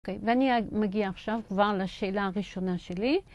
אוקיי, ואני מגיעה עכשיו כבר לשאלה הראשונה שלי.